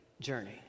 journey